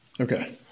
Okay